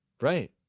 right